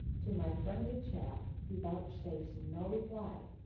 to my friendly chaff he vouchsafes no reply,